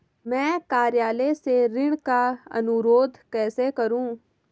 मैं कार्यालय से ऋण का अनुरोध कैसे करूँ?